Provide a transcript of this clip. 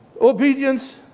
Obedience